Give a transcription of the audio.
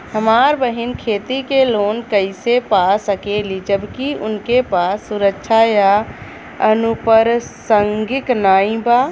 हमार बहिन खेती के लोन कईसे पा सकेली जबकि उनके पास सुरक्षा या अनुपरसांगिक नाई बा?